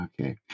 okay